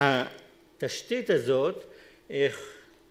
התשתית הזאת